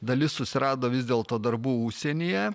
dalis susirado vis dėlto darbų užsienyje